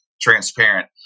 transparent